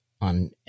on